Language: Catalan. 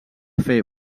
fer